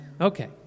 Okay